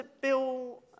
Bill